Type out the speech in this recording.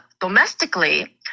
domestically